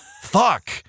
Fuck